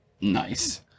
Nice